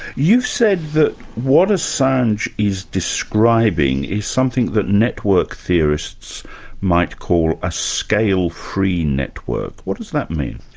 you said that what assange is describing is something that network theorists might call a scale-free network. what does that mean?